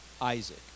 Isaac